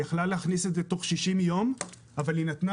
היא יכלה להכניס את זה תוך 60 יום אבל היא נתנה